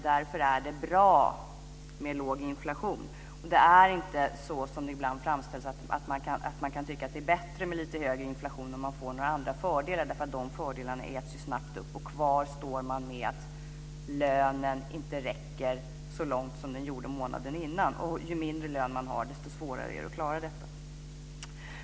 Därför är det bra med låg inflation. Det är inte heller så som det ibland framställs; att man kan tycka att det är bättre med lite högre inflation om man får andra fördelar. De fördelarna äts ju snabbt upp, och kvar står man med att lönen inte räcker lika långt som den gjorde månaden innan, och ju mindre lön man har desto svårare är det att klara detta.